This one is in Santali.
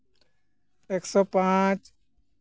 ᱮᱠᱥᱳ ᱯᱟᱸᱪ